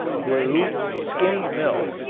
glue, skimmed milk,